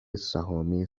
سهامی